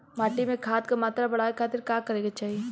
माटी में खाद क मात्रा बढ़ावे खातिर का करे के चाहीं?